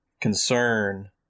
concern